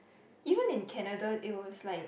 even in Canada it was like